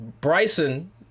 Bryson